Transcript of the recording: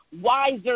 wiser